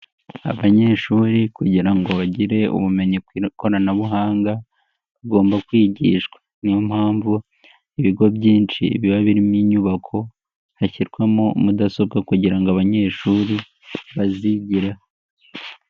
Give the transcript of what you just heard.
Abanyeshuri kugira ngo bagire ubumenyi ku ikoranabuhanga bagomba kwigishwa, ni yo mpamvu ibigo byinshi biba birimo inyubako hashyirwamo mudasobwa kugira ngo abanyeshuri bazigireho.